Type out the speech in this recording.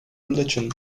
religion